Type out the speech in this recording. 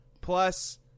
plus